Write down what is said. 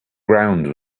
ground